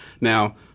Now